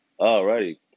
Alrighty